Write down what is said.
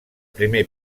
primer